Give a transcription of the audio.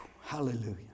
Hallelujah